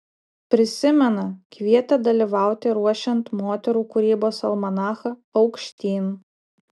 prisimena kvietė dalyvauti ruošiant moterų kūrybos almanachą aukštyn